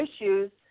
issues